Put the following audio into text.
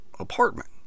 apartment